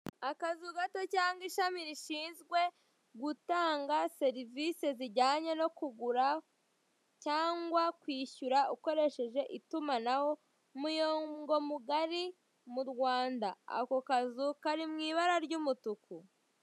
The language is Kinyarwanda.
Akazu gato cyangwa ishami rishinzwe gutanga serivise zijyanye no kugura cyangwa kwishyura ukoresheje itumanaho umurongo mugari m'urwanda ako kazu kari mw'ibara ry'umutuku.